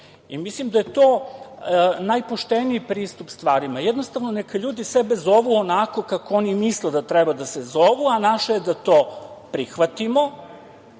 Mislim da je to najpošteniji pristup stvarima. Jednostavno neka ljudi sebe zovu onako kako oni misle da treba da se zovu, a naše je da to prihvatimo